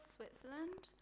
Switzerland